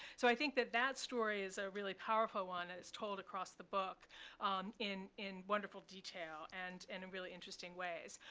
so i think that that story is a really powerful one. and it's told across the book in in wonderful detail and and in really interesting ways.